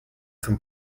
zum